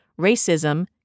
racism